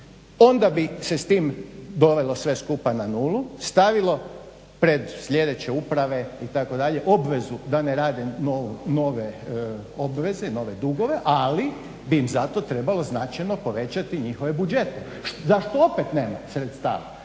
Onda bi se s tim dovelo sve skupa na nulu, stavilo pred sljedeće upravo itd. obvezu da ne rade nove obveze, nove dugove. Ali bi im zato trebalo značajno povećati njihove budžete za što opet nema sredstava.